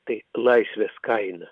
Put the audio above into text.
tai laisvės kaina